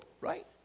right